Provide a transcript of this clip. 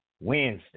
Wednesday